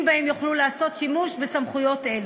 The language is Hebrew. שבהם יוכלו לעשות שימוש בסמכויות אלו.